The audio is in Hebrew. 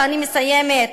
ואני מסיימת,